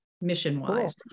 mission-wise